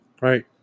right